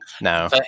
No